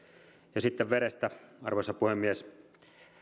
sitten vedestä arvoisa puhemies